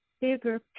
bigger